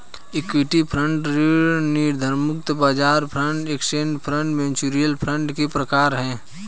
equity fund ऋण निधिमुद्रा बाजार fund index fund mutual fund के प्रकार हैं